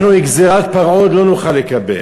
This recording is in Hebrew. אנחנו את גזירת פרעה לא נוכל לקבל.